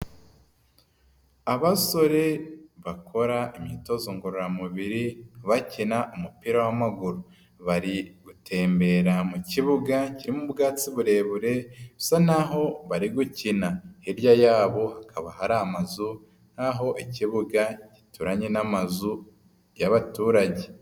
Abasore, bakora imyitozo ngororamubiri, bakina umupira w'amaguru. Bari gutembera mu kibuga kirimo ubwatsi burebure, bisa naho bari gukina. Hirya yabo hakaba hari amazu, nkaho ikibuga gituranye n'amazu, y'abaturage.